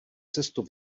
cestu